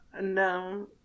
no